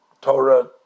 Torah